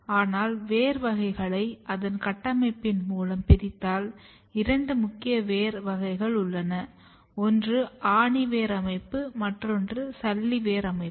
ஆனால் வேர் வகைகளை அதன் கட்டமைப்பின் மூலம் பிரித்தால் இரண்டு முக்கிய வேர் வகைகள் உள்ளன ஒன்று ஆணி வேர் அமைப்பு மற்றொரு சல்லி வேர் அமைப்பு